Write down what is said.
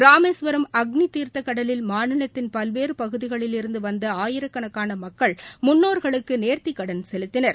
ராமேஸ்வரம் அக்னிதீர்த்தகடலில் மாநிலத்தின் பல்வேறுபகுதிகளிலிருந்துவந்தஆயிரக்கணக்கானமக்கள் முன்னோர்களுக்குநேர்த்திக்கடள் செலுத்தினர்